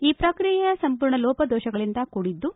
ಈ ಪ್ರಕ್ರಿಯೆ ಸಂಪೂರ್ಣ ಲೋಪದೋಪಗಳಿಂದ ಕೂಡಿದ್ದು